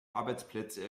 arbeitsplätze